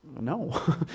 no